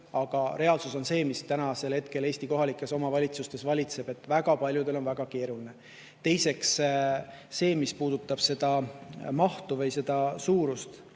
aga reaalsus on see, mis tänasel hetkel Eesti kohalikes omavalitsustes valitseb: väga paljudel on väga keeruline. Teiseks, mis puudutab seda mahtu või selle summa suurust,